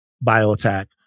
bio-attack